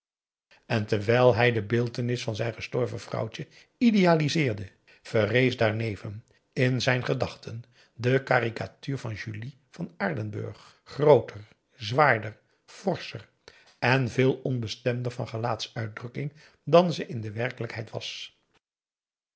en terwijl hij de beeltenis van zijn gestorven vrouwtje idealiseerde verrees daarneven in zijn gedachten de caricatuur van julie van aardenburg grooter zwaarder forscher en veel onbestemder van gelaatsuitdrukking dan ze in de werkelijkheid was